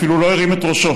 אפילו לא הרים את ראשו